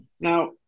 Now